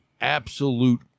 absolute